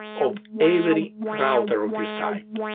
of every router of this type.